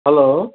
hello